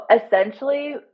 essentially